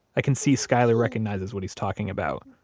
i can see skyler recognizes what he's talking about.